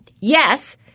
yes